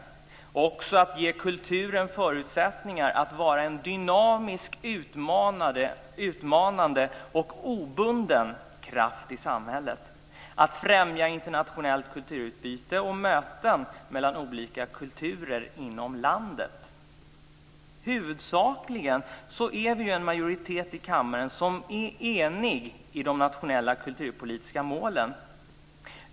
Vidare är de "att ge kulturen förutsättningar att vara en dynamisk, utmanande och obunden kraft i samhället" och "att främja internationellt kulturutbyte och möten mellan olika kulturer inom landet". Det finns huvudsakligen en majoritet i kammaren som är enig i de nationella kulturpolitiska målen.